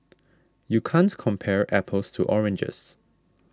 you can't compare apples to oranges